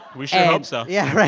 we sure hope so yeah. right.